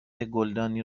گلدانی